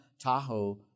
Tahoe